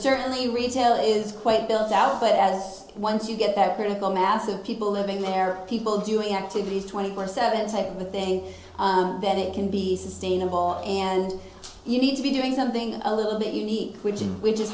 certainly retail is quite built out but as once you get that critical mass of people living there people doing activities twenty four seventh's i think that it can be sustainable and you need to be doing something a little bit unique which is which is